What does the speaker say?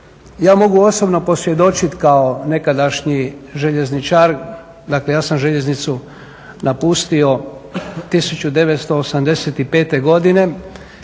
ja mogu osobno posvjedočiti kao nekadašnji željezničar. Dakle, ja sam željeznicu napustio 1985. godine